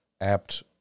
apt